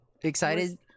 excited